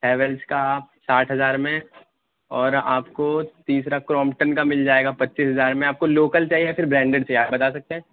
Havells کا ساٹھ ہزار میں اور آپ کو تیسرا کرومٹن کا مل جائے گا پچیس ہزار میں آپ کو لوکل چاہیے یا پھر برانڈیڈ چاہیے آپ بتا سکتے ہیں